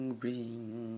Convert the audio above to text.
bring